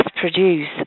produce